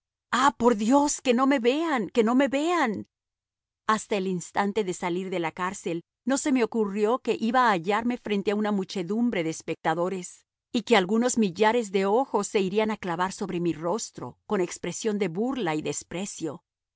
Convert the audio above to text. ah por dios que no me vean que no me vean hasta el instante de salir de la cárcel no se me occurió que iba a hallarme frente a una muchedumbre de espectadores y que algunos millares de ojos se irían a clavar sobre mi rostro con expresión de burla y desprecio